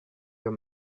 your